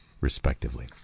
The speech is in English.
respectively